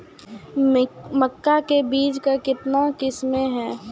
मक्का के बीज का कितने किसमें हैं?